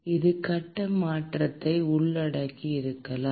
இது கட்ட மாற்றத்தை உள்ளடக்கியிருக்கலாம்